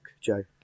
Joe